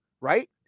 right